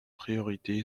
priorités